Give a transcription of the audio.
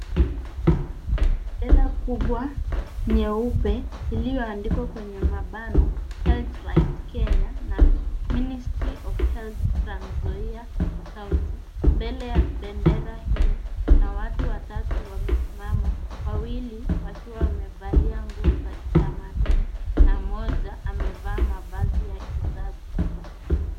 Kuna bendera kubwa nyeupe iliyoandikwa kwenye mabano health right Kenya na MInistry of Health, Trans-nzoia County . Mbele ya bendera hio kuna watu watatu wamesimama, wawili wakiwa wamevalia nguo za kitamaduni na mmoja amevaa mavazi ya kizazi.